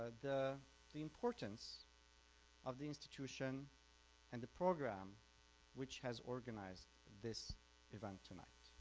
the the importance of the institution and the program which has organized this event tonight.